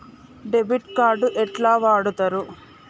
Debit card ఎట్లా వాడుతరు?